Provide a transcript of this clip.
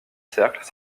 cercles